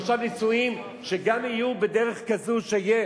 עכשיו נישואים שיהיו גם בדרך כזאת שיהיו